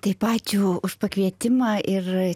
taip ačiū už pakvietimą ir